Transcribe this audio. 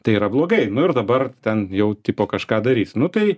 tai yra blogai nu ir dabar ten jau tipo kažką darys nu tai